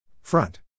Front